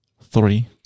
Three